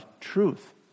truth